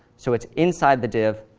so it's inside the div.